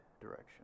direction